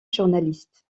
journaliste